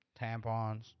tampons